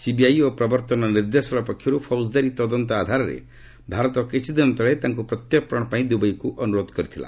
CBI ଓ ପ୍ରବର୍ତ୍ତନ ନିର୍ଦ୍ଦେଶାଳୟ ପକ୍ଷରୁ ଫୌଜଦାରୀ ତଦନ୍ତ ଆଧାରରେ ଭାରତ କିଛିଦିନ ତଳେ ତାଙ୍କୁ ପ୍ରତ୍ୟର୍ପଣ ପାଇଁ ଦୁବାଇକୁ ଅନୁରୋଧ କରିଥିଲା